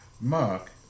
Mark